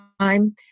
time